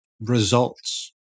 results